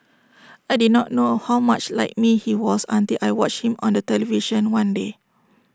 I did not know how much like me he was until I watched him on television one day